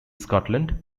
scotland